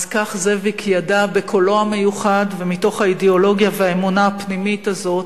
כך זאביק ידע בקולו המיוחד ומתוך האידיאולוגיה והאמונה הפנימית הזאת